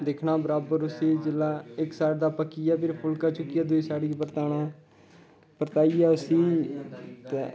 दिक्खना बराबर उस्सी जेल्लै इक साईड दा पक्किया फिर फुल्का चुक्कियै दुई साईड गी परताना परताइयै उस्सी ते